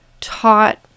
taught